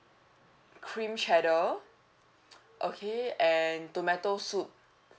cream cheddar okay and tomato soup